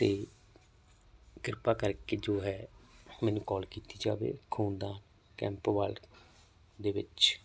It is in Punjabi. ਅਤੇ ਕਿਰਪਾ ਕਰਕੇ ਜੋ ਹੈ ਮੈਨੂੰ ਕੌਲ ਕੀਤੀ ਜਾਵੇ ਖੂਨ ਦਾਨ ਕੈਂਪ ਵਾਲੇ ਦੇ ਵਿੱਚ